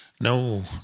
No